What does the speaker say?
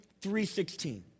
3.16